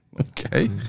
Okay